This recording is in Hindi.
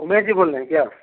उमेश जी बोल रहे हैं क्या